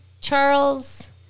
Charles